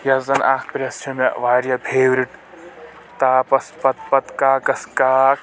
یس زن اکھ پرٮ۪ژھ چھ مےٚ واریاہ فیورِٹ تاپس پتہٕ پتہٕ کاکس کاک